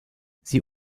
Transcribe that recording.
sie